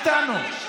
איתנו,